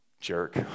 Jerk